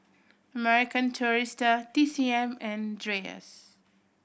American Tourister T C M and Dreyers